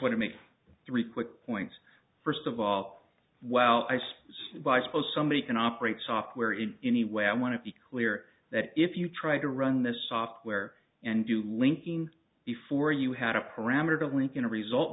want to make three quick points first of all well i said by suppose somebody can operate software in any way i want to be clear that if you try to run the software and do linking before you had a parameter to link in a result